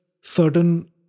certain